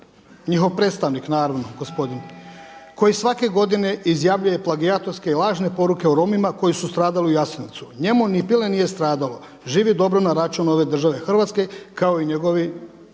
njihov predstavnik naravno gospodin koji svake godine izjavljuje plagijatorske i lažne poruke o Romima koji su stradali u Jasenovcu. Njemu ni pile nije stradalo, živi dobro na račun ove države Hrvatske kao i njegovi